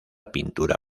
pintura